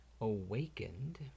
awakened